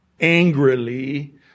angrily